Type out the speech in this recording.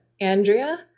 Andrea